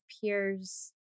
peers